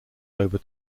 over